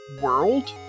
world